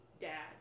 dad